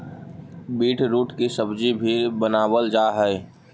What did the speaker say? beetroot की सब्जी भी बनावाल जा हई